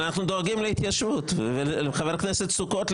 אנחנו דואגים להתיישבות ולחבר הכנסת סוכות,